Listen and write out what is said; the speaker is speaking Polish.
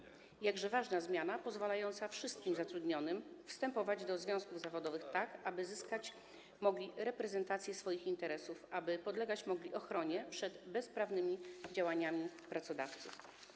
I jakże to ważna zmiana, ta pozwalająca wszystkim zatrudnionym wstępować do związków zawodowych, tak aby zyskać mogli reprezentację swoich interesów, aby podlegać mogli ochronie przed bezprawnymi działaniami pracodawców.